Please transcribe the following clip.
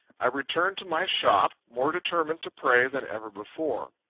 i returned to my shop, more determined to pray than ever before.